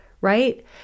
right